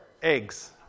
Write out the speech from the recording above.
eggs